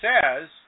says